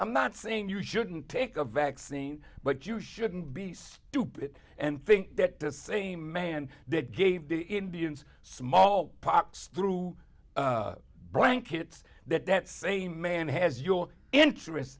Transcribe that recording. i'm not saying you shouldn't take a vaccine but you shouldn't be stupid and think that the same man that gave the indians smallpox through blankets that that same man has your interests